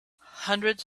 hundreds